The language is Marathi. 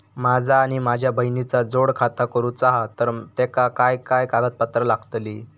माझा आणि माझ्या बहिणीचा जोड खाता करूचा हा तर तेका काय काय कागदपत्र लागतली?